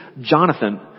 Jonathan